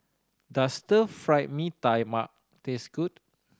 does Stir Fried Mee Tai Mak taste good